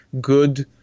good